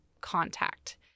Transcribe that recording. contact